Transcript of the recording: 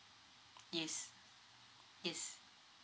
yes yes